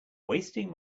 wasting